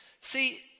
See